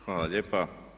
Hvala lijepa.